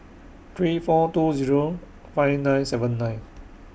three four two Zero five nine seven nine